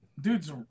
dudes